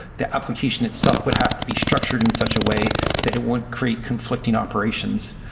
the application itself would have to be structured in such a way that it won't create conflicting operations,